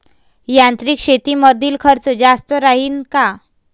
यांत्रिक शेतीमंदील खर्च जास्त राहीन का?